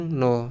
no